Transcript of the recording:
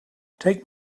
take